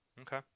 Okay